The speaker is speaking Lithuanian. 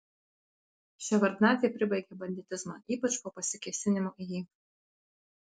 ševardnadzė pribaigė banditizmą ypač po pasikėsinimo į jį